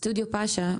"סטודיו פאשה",